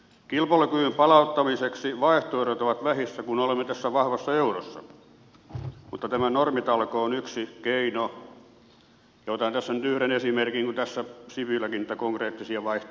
kilpailukyvyn palauttamiseksi vaihtoehdot ovat vähissä kun olemme tässä vahvassa eurossa mutta nämä normitalkoot on yksi keino ja otan tässä nyt yhden esimerkin kun tässä sipiläkin niitä konkreettisia vaihtoehtoja haki